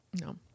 No